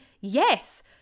yes